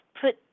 put